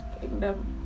kingdom